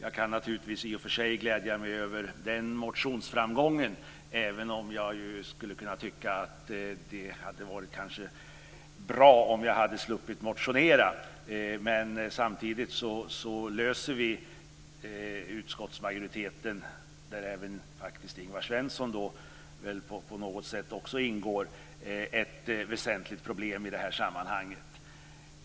I och för sig kan jag naturligtvis glädja mig över den motionsframgången, även om jag kan tycka att det kanske hade varit bra om jag hade sluppit motionera. Samtidigt löser vi i utskottsmajoriteten, där även Ingvar Svensson på något sätt också ingår, ett väsentligt problem i det här sammanhanget. Fru talman!